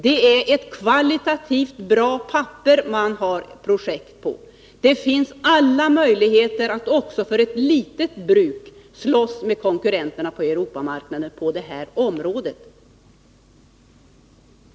Det är ett kvalitativt bra papper som man kan framställa i det aktuella projektet! Det finns alla möjligheter också för ett litet bruk att slåss med konkurrenterna på Europamarknaden på det här området.